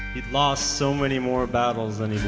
he lost so many more battles than he'd